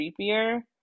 creepier